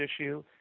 issue